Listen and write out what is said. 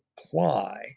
supply